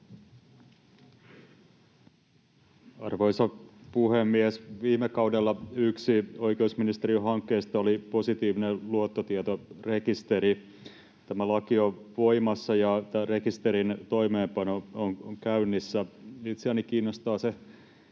Arvoisa puhemies! Viime kaudella yksi oikeusministeriön hankkeista oli positiivinen luottotietorekisteri. Tämä laki on voimassa, ja tämän rekisterin toimeenpano on käynnissä. Itseäni se kiinnostaa